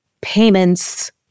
payments